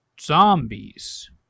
zombies